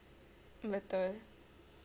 betul